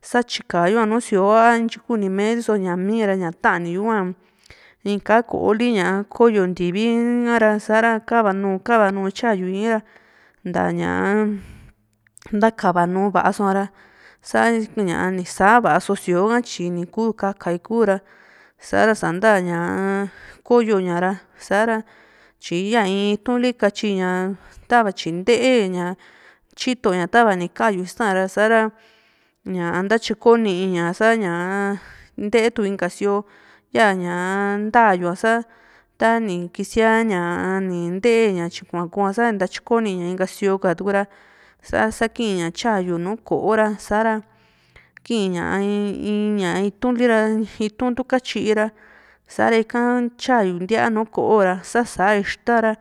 sa tyikayoa nùù síoo a ntyi kunimeri so ña mi´ra ña tani yu hua in kaá ko´o li koyo ntivi ha´ra sa´ra kava nu kava nu tyayu ii´n ra nta ña ntaa ntakavanu vasoa ra sa ntaa ni saava so síoo ha´ra tyi ni kuu ka´ka ni kura sa´ra sa´nta koyo ña ra sa´ra tyi ya in ituli katyi ña tava tyi ntee ña tyito ña ta´va ni kayuu ista sa´ra ña ntatyikoni ña sa ñaa ntee tu inka sio ya´ña ntaa yua sa tani kisia ña ni ntee ña tyikua kua sa tyikoniña inka sio katura sa kii´n ña tya yu nùù ko´o ra sa´ra kii ña in ña itu´n li ra itu´n ka tyira sa ika tyayu ntíaa nùù ko´o ra sa´sa ixta ra